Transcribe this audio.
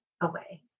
away